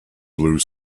blue